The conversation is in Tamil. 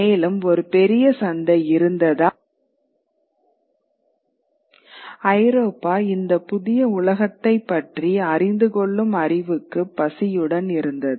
மேலும் ஒரு பெரிய சந்தை இருந்ததால் ஐரோப்பா இந்த புதிய உலகத்தைப் பற்றி அறிந்து கொள்ளும் அறிவுக்குப் பசியுடன் இருந்தது